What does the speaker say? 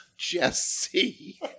Jesse